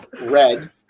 red